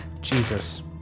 Jesus